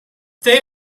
they